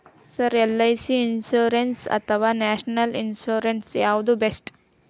Sir LIC insurance ಅಥವಾ national insurance ಯಾವುದು ಬೆಸ್ಟ್ರಿ?